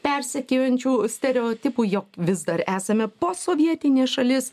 persekiojančių stereotipų jog vis dar esame posovietinė šalis